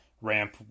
ramp